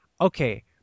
okay